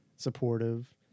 supportive